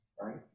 right